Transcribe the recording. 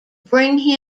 bring